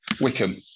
Wickham